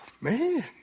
Man